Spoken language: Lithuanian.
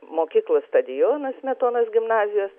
mokyklos stadionas smetonos gimnazijos